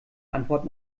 antwort